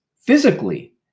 physically